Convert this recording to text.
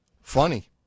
funny